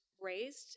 raised